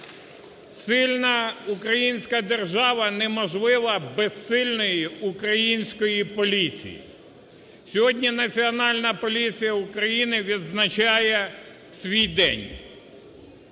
Сильна українська держава неможлива без сильної української поліції. Сьогодні Національна поліція України відзначає свій день.